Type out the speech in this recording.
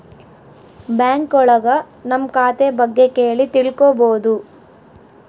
bank ಒಳಗ ನಮ್ ಖಾತೆ ಬಗ್ಗೆ ಕೇಳಿ ತಿಳ್ಕೋಬೋದು